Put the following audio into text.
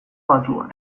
batuan